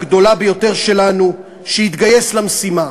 הגדולה ביותר שלנו, שהתגייס למשימה.